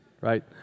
Right